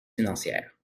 financière